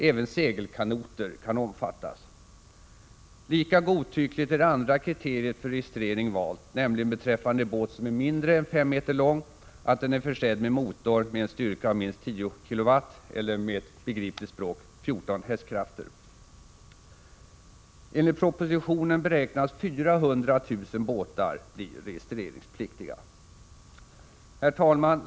Även segelkanoter kan omfattas. Lika godtyckligt valt är det andra kriteriet för registrering, nämligen beträffande båt som är mindre än 5 meter lång, att den är försedd med motor med en styrka av minst 10 kilowatt eller, med ett begripligt språk, 14 hästkrafter. Herr talman!